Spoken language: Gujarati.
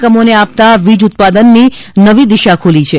એકમોને આપતા વીજ ઉત્પાદનની નવી દિશા ખુલી છે